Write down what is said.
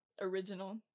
original